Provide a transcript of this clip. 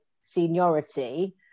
seniority